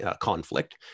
conflict